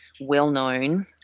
well-known